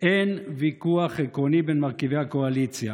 אין ויכוח עקרוני בין מרכיבי הקואליציה,